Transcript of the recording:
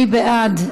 מי בעד?